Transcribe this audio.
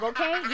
Okay